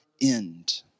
end